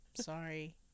Sorry